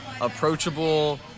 approachable